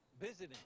Visiting